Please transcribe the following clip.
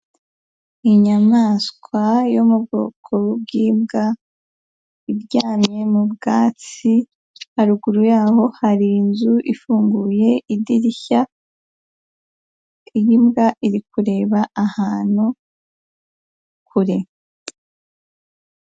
Inyamaswa yo mu bwoko bw'imbwa iryamye mu bwatsi, haruguru yaho hari inzu ifunguye idirishya, iyi mbwa iri kureba ahantu kure.